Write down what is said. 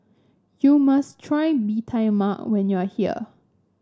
you must try Bee Tai Mak when you are here